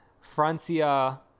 Francia